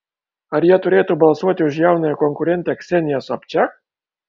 ar jie turėtų balsuoti už jaunąją konkurentę kseniją sobčiak